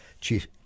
Chief